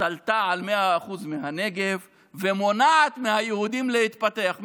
השתלטה על 100% מהנגב ומונעת מהיהודים להתפתח.